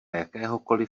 jakéhokoliv